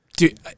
Dude